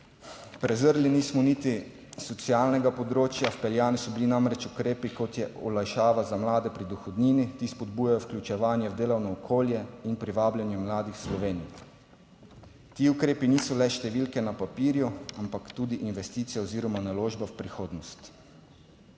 Prezrli nismo niti socialnega področja. Vpeljani so bili namreč ukrepi, kot je olajšava za mlade pri dohodnini, ti spodbujajo vključevanje v delovno okolje in privabljanje mladih v Sloveniji. Ti ukrepi niso le številke na papirju, ampak tudi investicije oziroma naložba v prihodnost.